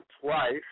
twice